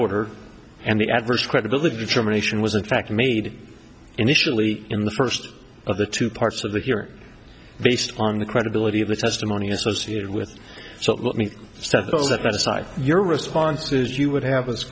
order and the adverse credibility determination was in fact made initially in the first of the two parts of the here based on the credibility of the testimony associated with so let me start that aside your response is you would have